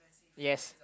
yes